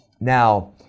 Now